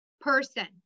person